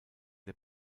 der